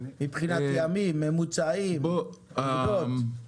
מבחינת ימים, ממוצעים, עובדות?